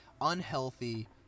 unhealthy